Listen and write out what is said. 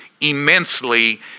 immensely